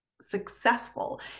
successful